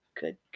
Good